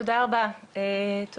תודה רבה לחבריי.